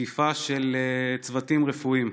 תקיפה של צוותים רפואיים.